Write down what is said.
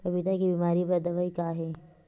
पपीता के बीमारी बर दवाई का हे?